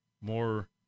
more